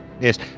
Yes